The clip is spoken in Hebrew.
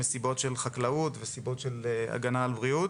מסיבות של חקלאות ומסיבות של הגנה על בריאות.